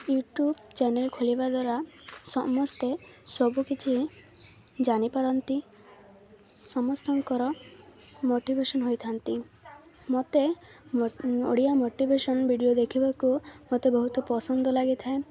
YouTube channel ଖୋଲିବା ଦ୍ୱାରା ସମସ୍ତେ ସବୁକିଛି ଜାଣିପାରନ୍ତି ସମସ୍ତଙ୍କର ମୋଟିଭେସନ୍ ହୋଇଥାନ୍ତି ମୋତେ ଓଡ଼ିଆ ମୋଟିଭେସନ୍ ଭିଡ଼ିଓ ଦେଖିବାକୁ ମୋତେ ବହୁତ ପସନ୍ଦ ଲାଗିଥାଏ